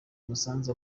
umusanzu